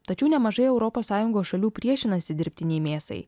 tačiau nemažai europos sąjungos šalių priešinasi dirbtinei mėsai